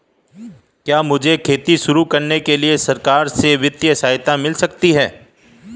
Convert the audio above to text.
क्या मुझे खेती शुरू करने के लिए सरकार से वित्तीय सहायता मिल सकती है?